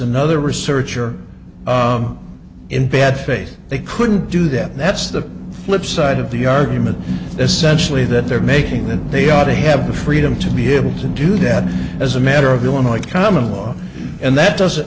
another researcher in bad faith they couldn't do that and that's the flip side of the argument essentially that they're making that they ought to have the freedom to be able to do that as a matter of illinois common law and that doesn't